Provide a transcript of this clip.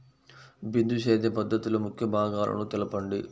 బిందు సేద్య పద్ధతిలో ముఖ్య భాగాలను తెలుపండి?